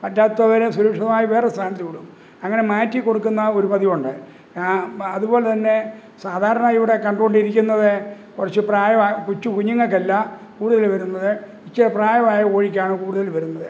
പറ്റാത്തവരെ സുരക്ഷിതമായി വേറൊരു സ്ഥാനത്ത് ഇടും അങ്ങനെ മാറ്റി കൊടുക്കുന്ന ഒരു പതിവുണ്ട് അതുപോലെ തന്നെ സാധാരണ ഇവിടെ കണ്ടു കൊണ്ടിരിക്കുന്നത് കുറച്ചു പ്രായമായ കൊച്ചു കുഞ്ഞുങ്ങൾക്കല്ല കൂടുതൽ വരുന്നത് ഇത്തിരി പ്രായമായ കോഴിക്കാണ് കൂടുതൽ വരുന്നത്